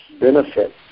benefit